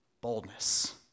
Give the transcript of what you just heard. Boldness